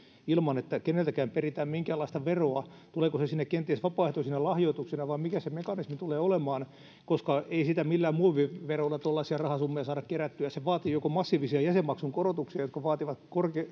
ilman että keneltäkään peritään minkäänlaista veroa tuleeko se sinne kenties vapaaehtoisina lahjoituksina vai mikä se mekanismi tulee olemaan koska ei tuollaisia rahasummia millään muoviveroilla saada kerättyä se vaatii joko massiivisia jäsenmaksun korotuksia jotka vaativat